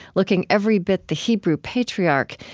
looking every bit the hebrew patriarch,